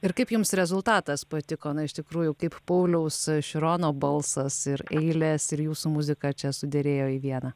ir kaip jums rezultatas patiko na iš tikrųjų kaip pauliaus širono balsas ir eilės ir jūsų muzika čia suderėjo į vieną